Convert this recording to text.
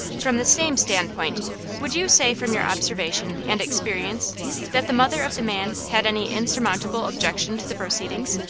from the same standpoint would you say from your observation and experience that the mother of the man had any insurmountable objection to the proceedings?